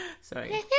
sorry